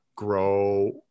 grow